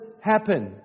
happen